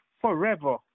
forever